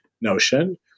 notion